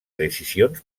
decisions